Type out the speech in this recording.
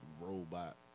robot